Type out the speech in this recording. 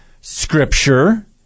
scripture